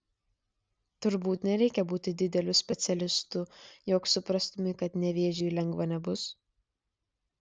turbūt nereikia būti dideliu specialistu jog suprastumei kad nevėžiui lengva nebus